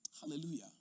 Hallelujah